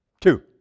Two